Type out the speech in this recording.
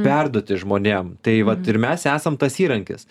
perduoti žmonėm tai vat ir mes esam tas įrankis